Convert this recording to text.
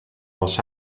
los